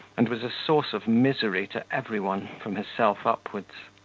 and was a source of misery to every one, from herself upwards.